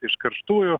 iš karštųjų